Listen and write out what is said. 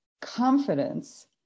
confidence